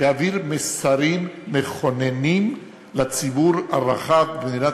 להעביר מסרים מכוננים לציבור הרחב במדינת